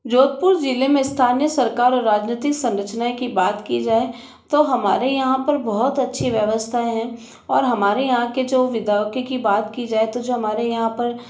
जोधपुर ज़िले में स्थानीय सरकार और राजनीतिक संरचनाए की बात की जाए तो हमारे यहाँ पर बहुत अच्छी व्यवस्था है और हमारे यहाँ के जो विधायाक की बात की जाए तो जो हमारे यहाँ पर